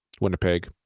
Winnipeg